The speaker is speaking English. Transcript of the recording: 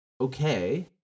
okay